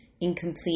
incomplete